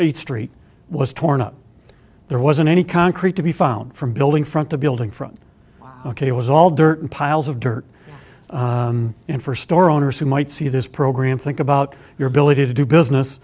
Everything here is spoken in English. a street was torn up there wasn't any concrete to be found from building from the building front ok it was all dirt and piles of dirt and for store owners who might see this program think about your ability to do business